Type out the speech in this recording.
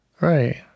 Right